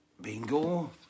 Bingo